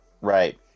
Right